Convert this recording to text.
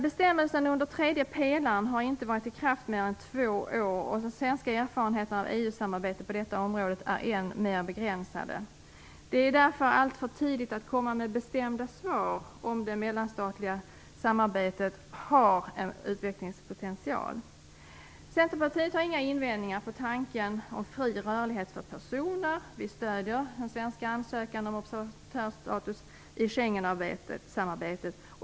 Bestämmelserna under tredje pelaren har inte varit i kraft i mer än två år, och de svenska erfarenheterna av EU-samarbete på detta område är än mer begränsade. Det är därför alltför tidigt att komma med bestämda besked om det mellanstatliga samarbetet har en utvecklingspotential. Centerpartiet har inga invändningar mot tanken på fri rörlighet för personer. Vi stödjer den svenska ansökan om observatörskap i Schengensamarbetet.